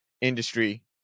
industry